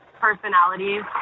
personalities